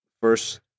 first